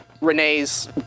Renee's